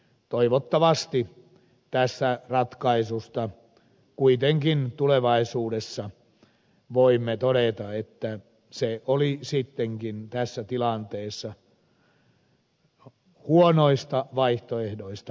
toivottavasti tästä ratkaisusta kuitenkin tulevaisuudessa voimme todeta että se oli sittenkin tässä tilanteessa huonoista vaihtoehdoista paras